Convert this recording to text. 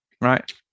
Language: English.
Right